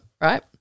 right